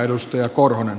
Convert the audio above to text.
arvoisa puhemies